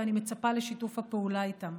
ואני מצפה לשיתוף הפעולה איתם.